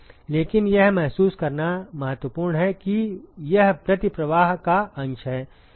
लेकिन यह महसूस करना महत्वपूर्ण है कि यह प्रति प्रवाह का अंश है